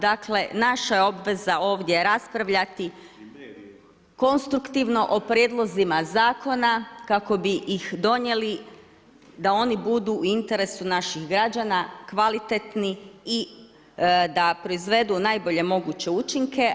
Dakle, naša je obveza ovdje raspravljati konstruktivno o prijedlozima zakona kako bi ih donijeli da oni budu u interesu naših građana kvalitetni i da proizvedu najbolje moguće učinke.